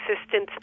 assistance